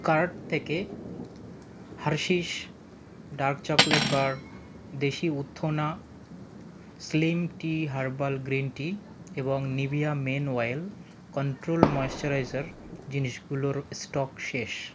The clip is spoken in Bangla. কার্ট থেকে হার্শিস ডার্ক চকলেট বার দেশি উত্থনা slim tea herbal green tea এবং Nivea men oil control moisturiser জিনিসগুলোর স্টক শেষ